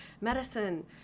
medicine